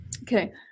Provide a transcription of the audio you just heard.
Okay